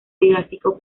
didáctico